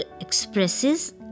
expresses